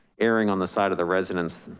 erring on the side of the residence,